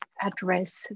address